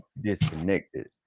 disconnected